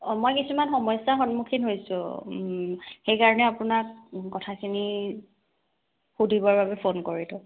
অঁ মই কিছুমান সমস্যাৰ সন্মুখীন হৈছোঁ সেইকাৰণে আপোনাক কথাখিনি সুধিবৰ বাবে ফোন কৰিলোঁ